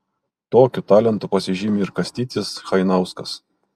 tokiu talentu pasižymi ir kastytis chainauskas